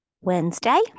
Wednesday